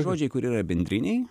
žodžiai kur yra bendriniai